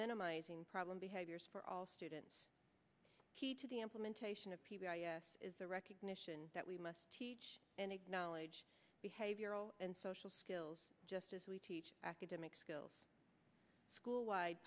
minimizing problem behaviors for all students to the implementation of p b s is a recognition that we must teach and acknowledge behavioral and social skills just as we teach academic skills school wide